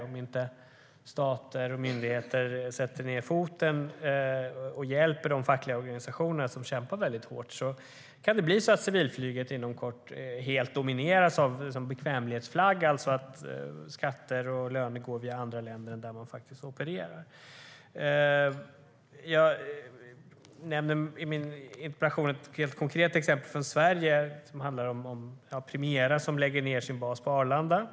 Om inte stater och myndigheter sätter ned foten och hjälper de fackliga organisationerna, som kämpar hårt, kan civilflyget inom kort helt domineras av bolag under bekvämlighetsflagg, det vill säga att skatter och löner går via andra länder än de där flyget opererar. I min interpellation tog jag upp ett konkret exempel från Sverige. Det gäller bolaget Primera som lägger ned sin bas på Arlanda.